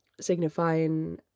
signifying